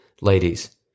Ladies